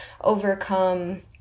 overcome